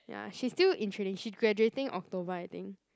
ya she's still in training she graduating October I think